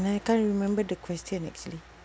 and I can't remember the question actually